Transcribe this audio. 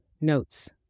Notes